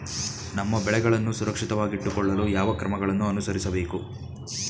ನಮ್ಮ ಬೆಳೆಗಳನ್ನು ಸುರಕ್ಷಿತವಾಗಿಟ್ಟು ಕೊಳ್ಳಲು ಯಾವ ಕ್ರಮಗಳನ್ನು ಅನುಸರಿಸಬೇಕು?